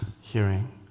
hearing